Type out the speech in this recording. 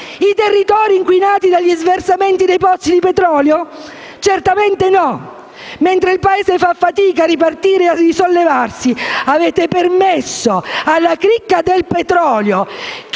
I territori inquinati dagli sversamenti dei pozzi di petrolio? Certamente no! Mentre il Paese fa fatica a ripartire e a risollevarsi, avete permesso alla cricca del petrolio